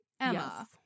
emma